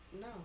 No